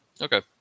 Okay